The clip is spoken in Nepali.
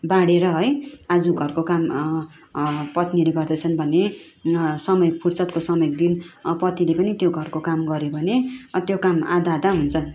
बाँढेर है आज घरको काम पत्नीले गर्दछन् भने समय फुर्सदको समय दिन पतिले पनि त्यो घरको काम गऱ्यो भने त्यो काम आधा आधा हुन्छ